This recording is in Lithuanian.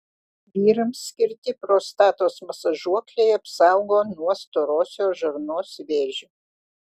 vyrams skirti prostatos masažuokliai apsaugo nuo storosios žarnos vėžio